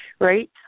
right